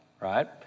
right